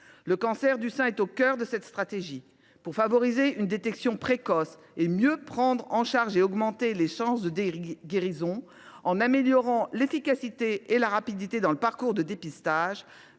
Le cancer du sein est au cœur de cette stratégie. L’objectif est de favoriser une détection précoce et ainsi de mieux prendre en charge et d’augmenter les chances de guérison, d’améliorer l’efficacité et la rapidité du parcours de dépistage,